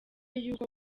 yuko